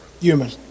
Human